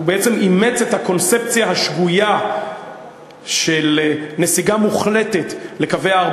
הוא בעצם אימץ את הקונספציה השגויה של נסיגה מוחלטת לקווי 4